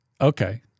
Okay